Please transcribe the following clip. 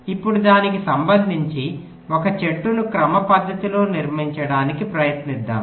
ఇప్పుడు దానికి సంబంధించి ఒక చెట్టును క్రమపద్ధతిలో నిర్మించడానికి ప్రయత్నిద్దాం